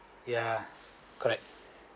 ya correct